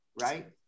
right